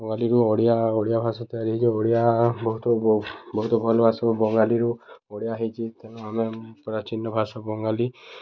ବଙ୍ଗାଳୀରୁ ଓଡ଼ିଆ ଓଡ଼ିଆ ଭାଷା ତିଆରି ହେଇଛି ଓଡ଼ିଆ ବହୁତ ବହୁତ ଭଲ ଆସ ବଙ୍ଗାଳୀରୁ ଓଡ଼ିଆ ହେଇଛି ତେଣୁ ଆମେ ପ୍ରାଚୀନ ଭାଷା ବଙ୍ଗାଳୀ